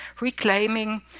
reclaiming